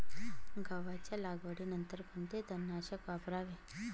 गव्हाच्या लागवडीनंतर कोणते तणनाशक वापरावे?